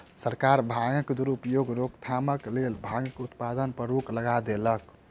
सरकार भांगक दुरुपयोगक रोकथामक लेल भांगक उत्पादन पर रोक लगा देलक